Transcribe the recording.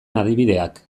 adibideak